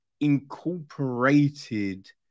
incorporated